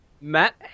Matt